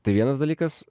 tai vienas dalykas